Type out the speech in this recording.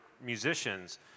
musicians